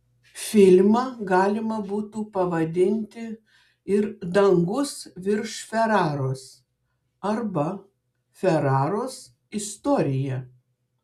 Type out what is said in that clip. filmą galima būtų pavadinti ir dangus virš feraros arba feraros istorija